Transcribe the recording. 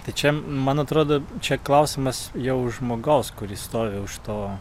tai čia man atrodo čia klausimas jau žmogaus kuris stovi už to